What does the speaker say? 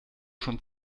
schon